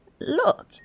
Look